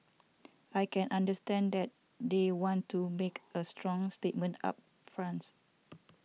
I can understand that they want to make a strong statement up front